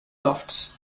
tufts